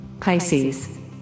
Pisces